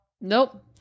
Nope